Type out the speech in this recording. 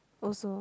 also